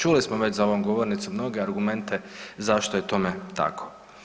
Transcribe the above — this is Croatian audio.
Čuli smo već za ovom govornicom mnoge argumente zašto je tome tako.